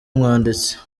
umwanditsi